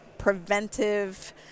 preventive